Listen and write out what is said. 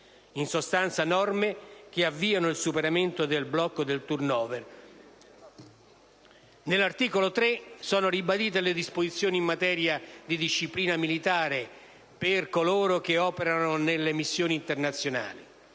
in sostanza, norme che avviano il superamento del blocco del *turnover.* Nell'articolo 3 sono ribadite le disposizioni in materia di disciplina penale militare per coloro che operano nelle missioni internazionali.